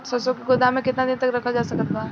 सरसों के गोदाम में केतना दिन तक रखल जा सकत बा?